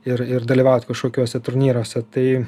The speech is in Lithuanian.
ir ir dalyvaut kažkokiuose turnyruose tai